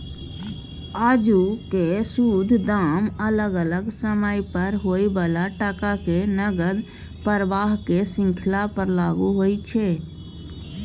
आजुक शुद्ध दाम अलग अलग समय पर होइ बला टका के नकद प्रवाहक श्रृंखला पर लागु होइत छै